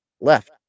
left